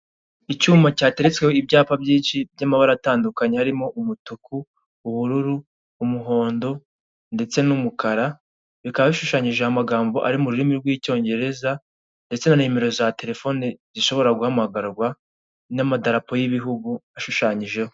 Icyuma cyateretsweho ibyapa byinshi by'amabara atandukanye harimo umutuku ,ubururu, umuhondo ndetse n'umukara bikaba bishushanyijeho amagambo ari mu rurimi rw'icyongereza ndetse na nimero za terefone zishobora guhamagarwa ,n'amadarapo y'ibihugu ashushanyijeho.